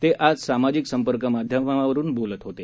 ते आज सामाजिक संपर्क माध्यमावरून बोलत होते